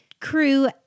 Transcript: crew